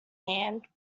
hand